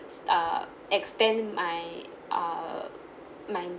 uh extend my uh my